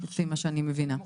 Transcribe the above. לפי מה שאני מבינה.